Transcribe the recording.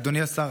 אדוני השר,